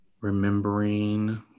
remembering